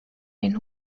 den